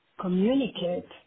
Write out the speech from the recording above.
communicate